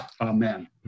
Amen